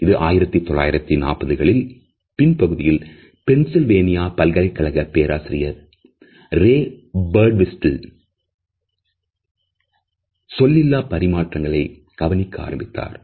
இது 1940களில் பின்பகுதியில் பென்சில்வேனியா பல்கலைக்கழக பேராசிரியர் ரே பார்டுவிஸ்டைல் சொல் இல்லாத பரிமாற்றங்களை கவனிக்க ஆரம்பித்தார்